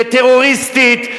כטרוריסטית,